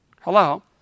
Hello